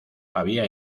había